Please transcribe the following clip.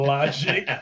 Logic